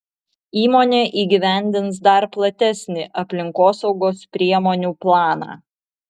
įmonė įgyvendins dar platesnį aplinkosaugos priemonių planą